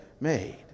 made